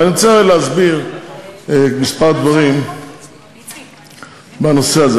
אבל אני רוצה להסביר כמה דברים בנושא הזה.